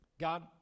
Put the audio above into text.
God